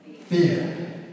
Fear